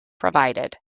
provided